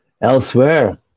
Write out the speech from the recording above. Elsewhere